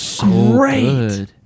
great